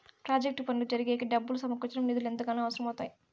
project పనులు జరిగేకి డబ్బులు సమకూర్చడం నిధులు ఎంతగానో అవసరం అవుతాయి